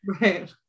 Right